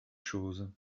choses